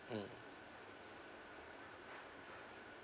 mm